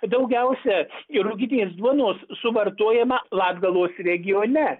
daugiausia ir ruginės duonos suvartojama latgalos regione